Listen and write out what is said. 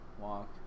walk